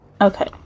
Okay